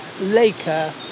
laker